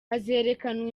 hazerekanwa